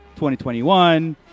2021